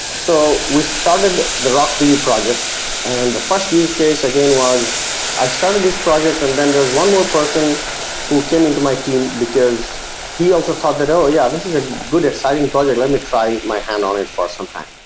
so we started the rocksdb project and the first used case again was i started this project and then there is one more person who came into my team because he also thought that, oh yeah, this is a good exciting project. let me try my hand on it for some time.